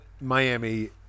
Miami